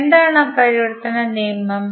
എന്താണ് ആ പരിവർത്തന നിയമം